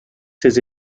ses